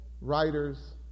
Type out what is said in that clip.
writers